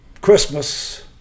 Christmas